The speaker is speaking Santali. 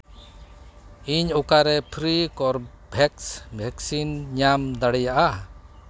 ᱤᱧ ᱚᱠᱟᱨᱮ ᱯᱷᱨᱤ ᱠᱚᱨᱵᱷᱮᱠᱥ ᱵᱷᱮᱠᱥᱤᱱᱤ ᱧᱟᱢ ᱫᱟᱲᱮᱭᱟᱜᱼᱟ